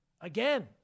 again